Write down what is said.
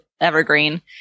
Evergreen